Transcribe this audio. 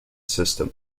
system